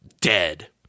dead